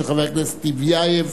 של חבר הכנסת טיבייב.